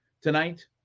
tonight